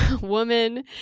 woman